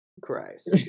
Christ